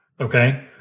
okay